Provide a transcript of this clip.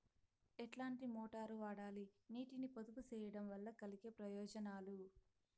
ఎట్లాంటి మోటారు వాడాలి, నీటిని పొదుపు సేయడం వల్ల కలిగే ప్రయోజనాలు?